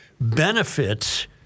benefits